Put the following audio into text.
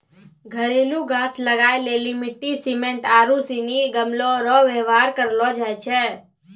घरेलू गाछ लगाय लेली मिट्टी, सिमेन्ट आरू सनी गमलो रो वेवहार करलो जाय छै